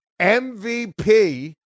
MVP